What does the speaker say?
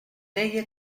deia